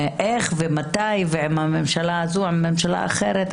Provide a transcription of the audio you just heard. איך ומתי ועם הממשלה הזו או עם ממשלה אחרת,